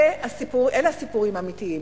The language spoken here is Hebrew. זה הסיפור, אלה הסיפורים האמיתיים.